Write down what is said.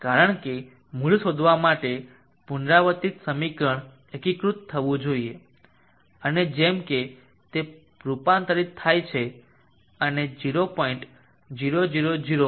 કારણ કે મૂળ શોધવા માટે પુનરાવર્તિત સમીકરણ એકીકૃત થવું જોઈએ અને જેમ કે તે રૂપાંતરિત થાય છે અને 0